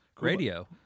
radio